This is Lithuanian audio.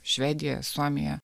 švedija suomija